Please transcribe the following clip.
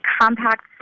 compact